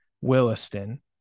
Williston